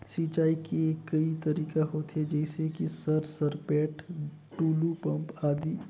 सिंचाई के कई तरीका होथे? जैसे कि सर सरपैट, टुलु पंप, आदि?